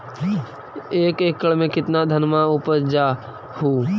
एक एकड़ मे कितना धनमा उपजा हू?